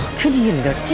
could he have